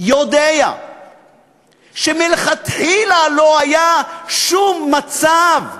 יודע שמלכתחילה לא היה שום מצב שנתניהו,